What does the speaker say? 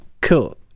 cool